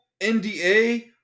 NDA